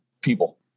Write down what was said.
people